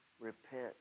Repent